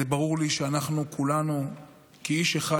ברור לי שאנחנו כולנו כאיש אחד,